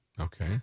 Okay